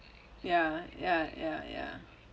ya ya ya ya